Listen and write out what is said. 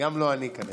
גם לא אני, כנראה.